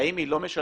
האם היא לא משלמת?